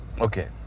Okay